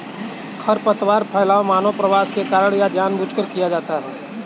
खरपतवार फैलाव मानव प्रवास के कारण या जानबूझकर किया जाता हैं